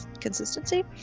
consistency